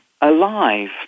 alive